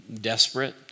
desperate